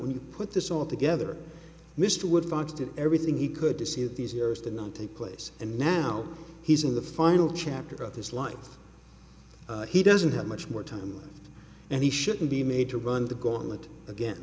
when you put this all together mr woodbox did everything he could to see these errors to not take place and now he's in the final chapter of his life he doesn't have much more time and he shouldn't be made to run the gauntlet again